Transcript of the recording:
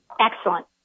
Excellent